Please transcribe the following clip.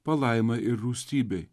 palaimai ir rūstybei